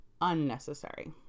unnecessary